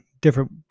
different